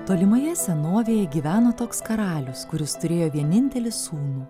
tolimoje senovėje gyveno toks karalius kuris turėjo vienintelį sūnų